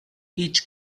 each